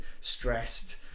stressed